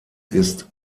ist